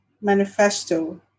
manifesto